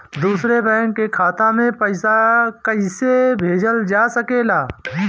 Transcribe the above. दूसरे बैंक के खाता में पइसा कइसे भेजल जा सके ला?